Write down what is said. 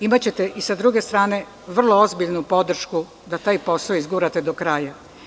Imaćete i sa druge strane vrlo ozbiljnu podršku da taj posao izgurate do kraja.